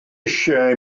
eisiau